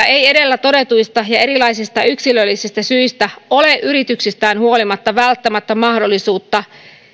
ei edellä todetuista ja erilaisista yksilöllisistä syistä ole yrityksistään huolimatta välttämättä